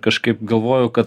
kažkaip galvojau kad